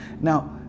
Now